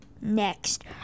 next